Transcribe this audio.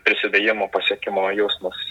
prisidėjimo pasiekimo jausmas